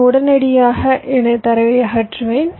நான் உடனடியாக எனது தரவை அகற்றுவேன்